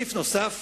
סעיף נוסף,